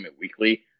Weekly